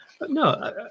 No